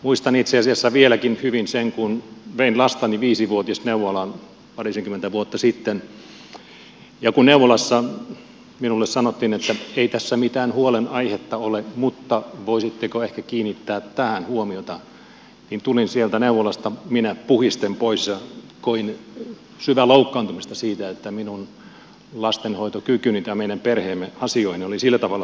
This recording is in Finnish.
muistan itse asiassa vieläkin hyvin sen kun vein lastani viisivuotisneuvolaan parisenkymmentä vuotta sitten ja kun neuvolassa minulle sanottiin että ei tässä mitään huolenaihetta ole mutta voisitteko ehkä kiinnittää tähän huomiota niin minä tulin sieltä neuvolasta puhisten pois ja koin syvää loukkaantumista siitä että minun lastenhoitokykyyni tai meidän perheemme asioihin oli sillä tavalla puututtu